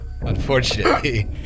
Unfortunately